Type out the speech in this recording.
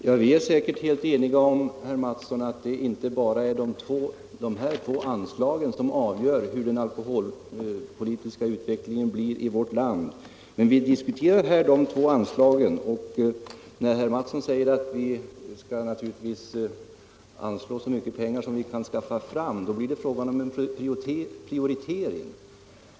Herr talman! Ja, vi är helt eniga om, herr Mattsson i Lane-Herrestad och jag, att det inte bara är de här två anslagen som avgör hur den alkoholpolitiska utvecklingen blir i vårt land. Men nu diskuterar vi ju dessa två anslag, och när herr Mattsson då säger att vi naturligtvis skall anslå så mycket pengar som vi kan skaffa fram, så blir det fråga om en prioritering.